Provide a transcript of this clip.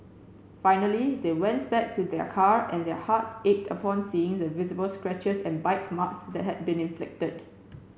finally they went back to their car and their hearts ached upon seeing the visible scratches and bite marks that had been inflicted